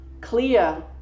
clear